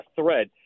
thread